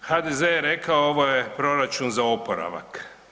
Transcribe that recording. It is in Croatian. HDZ je rekao ovo je proračun za oporavak.